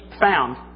found